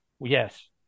Yes